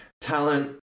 Talent